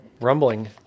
rumbling